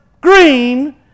green